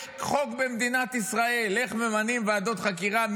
יש חוק במדינת ישראל איך ממנים ועדות חקירה,